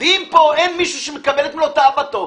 ואם פה אין מישהו שמקבל את מלוא תאוותו,